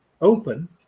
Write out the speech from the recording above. open